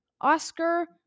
oscar